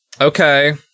Okay